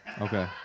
Okay